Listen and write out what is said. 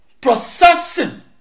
processing